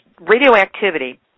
radioactivity